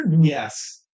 Yes